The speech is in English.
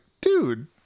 dude